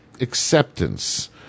acceptance